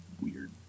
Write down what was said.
weird